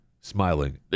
smiling